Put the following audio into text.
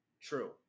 True